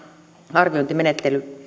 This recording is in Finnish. arviointimenettelyillä